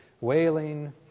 Wailing